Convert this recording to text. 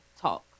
talk